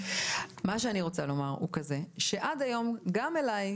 מה שאני רוצה לומר הוא כזה שעד היום גם אליי,